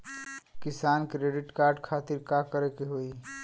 किसान credit card खातिर का करे के होई?